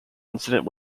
incident